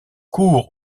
court